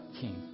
king